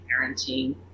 parenting